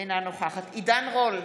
אינה נוכחת עידן רול,